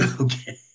Okay